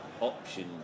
options